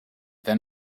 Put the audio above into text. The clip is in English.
then